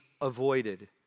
avoided